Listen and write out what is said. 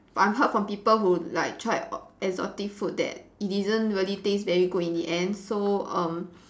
but I've heard from people who like tried o~ exotic food that it didn't really taste very good in the end so um